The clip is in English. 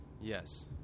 yes